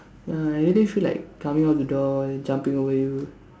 ya I really feel like coming out the door and jumping over you